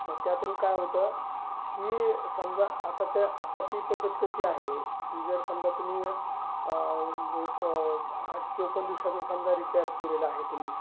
मग त्यातून काय होतं की समजा आताच्या आताची पद्धत कशी आहे की जर समजा तुम्ही एक एक आठ चोपन्न दिवसाचा समजा रिचार्ज केलेला आहे तुम्ही